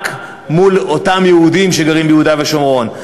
מול אותם יהודים שגרים ביהודה ושומרון.